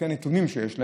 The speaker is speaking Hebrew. לפי הנתונים שיש להם,